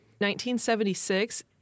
1976